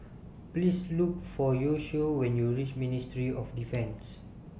Please Look For Yoshio when YOU REACH Ministry of Defence